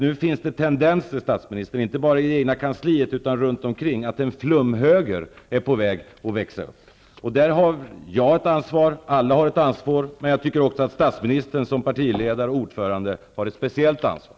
Nu finns det tendenser, statsministern, inte bara i det egna kansliet utan runt omkring till att en flumhöger är på väg att växa fram. Jag och alla andra har ett ansvar, man jag tycker också att statsministern som partiledare och ordförande har ett speciellt ansvar.